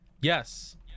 Yes